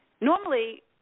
Normally